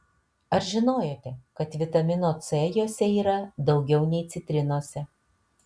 ar žinojote kad vitamino c jose yra daugiau nei citrinose